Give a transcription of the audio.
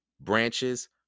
branches